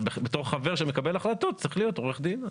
אבל בתור חבר שמקבל החלטות צריך להיות עורך דין.